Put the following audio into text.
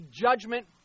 judgment